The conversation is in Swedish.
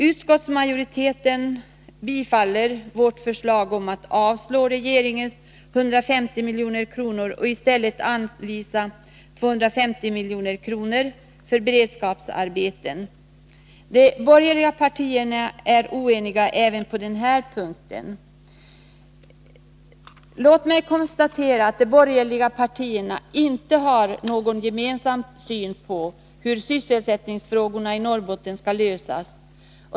Utskottsmajoriteten tillstyrker vårt förslag att avslå regeringsförslagets 150 milj.kr. och i stället anvisa 250 milj.kr. för beredskapsarbeten i Norrbotten. De borgerliga partierna är oeniga även på denna punkt. Jag konstaterar att de borgerliga partierna inte har någon gemensam syn på hur sysselsättningsfrågorna i Norrbotten skall lösas.